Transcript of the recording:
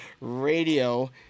Radio